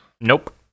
Nope